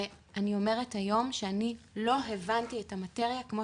ואני אומרת היום שאני לא הבנתי את המטריה כמו